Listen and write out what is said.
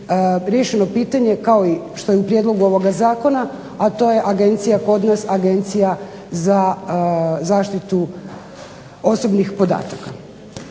riješeno pitanje kao što je i u prijedlogu ovog zakona, a to je kod nas Agencija za zaštitu osobnih podataka.